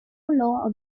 law